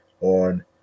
on